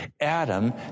Adam